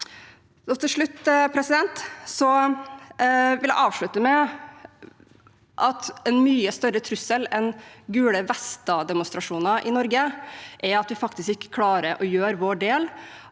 Jeg vil avslutte med at en mye større trussel enn gulevester-demonstrasjoner i Norge er at vi faktisk ikke klarer å gjøre vår del